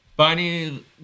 Bunny